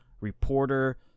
reporter